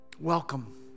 Welcome